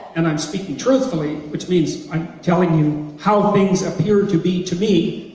and i'm speaking truthfully, which means i'm telling you how things appear to be to me,